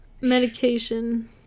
medication